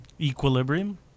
equilibrium